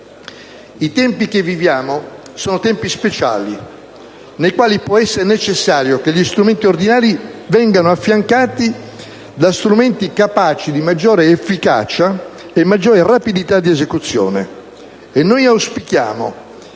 I tempi che viviamo sono tempi speciali nei quali può essere necessario che agli strumenti ordinari vengano affiancati strumenti capaci di maggior efficacia e maggior rapidità di esecuzione.